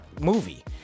movie